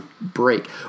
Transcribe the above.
Break